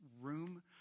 room